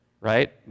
right